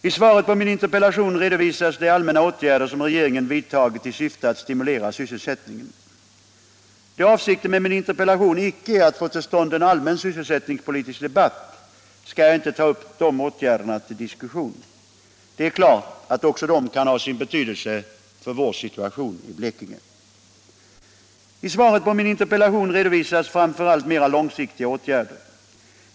I svaret på min interpellation redovisas de allmänna åtgärder som regeringen vidtagit i syfte att stimulera sysselsättningeh. Då avsikten med min interpellation inte är att få till stånd en allmän sysselsättningspolitisk debatt, skall jag inte ta upp de åtgärderna till diskussion. Det är klart att också de kan ha sin betydelse för vår situation i Blekinge. I svaret på min interpellation redovisas framför allt mera långsiktiga åtgärder.